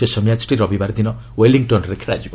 ଶେଷ ମ୍ୟାଚ୍ଟି ରବିବାର ଦିନ ୱିଲିଂଟନ୍ରେ ଖେଳାଯିବ